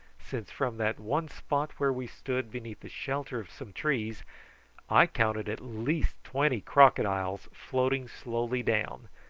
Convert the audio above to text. since from that one spot where we stood beneath the shelter of some trees i counted at least twenty crocodiles floating slowly down,